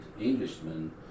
Englishmen